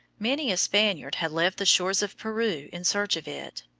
many a spaniard had left the shores of peru in search of it,